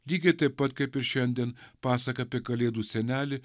lygiai taip pat kaip ir šiandien pasaka apie kalėdų senelį